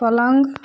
पलंग